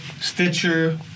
Stitcher